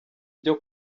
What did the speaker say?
byo